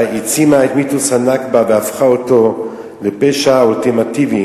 העצימה את מיתוס ה"נכבה" והפכה אותו לפשע האולטימטיבי.